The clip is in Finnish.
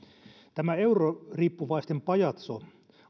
tämä euroriippuvaisten pajatso